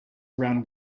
around